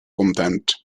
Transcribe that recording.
contempt